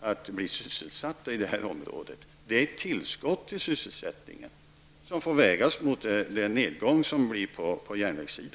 att bli sysselsatta i det här området. Det är ett tillskott till sysselsättningen som får vägas mot den nedgång som det blir på järnvägssidan.